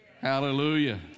Hallelujah